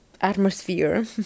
Atmosphere